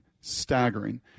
staggering